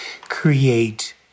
create